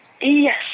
Yes